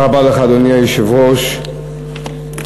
אדוני היושב-ראש,